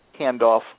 handoff